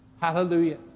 Hallelujah